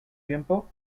tiempo